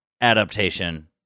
Adaptation